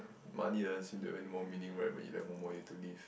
money doesn't seem to have any more meaning right when you left one more year to live